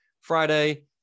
Friday